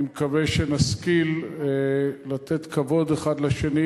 אני מקווה שנשכיל לתת כבוד אחד לשני